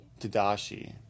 Tadashi